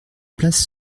place